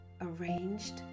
arranged